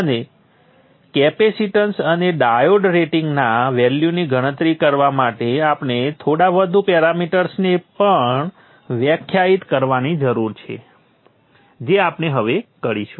અને કેપેસીટન્સ અને ડાયોડ રેટિંગના વેલ્યુની ગણતરી કરવા માટે આપણે થોડા વધુ પેરામિટર્સને પણ વ્યાખ્યાયિત કરવાની જરૂર છે જે આપણે હવે કરીશું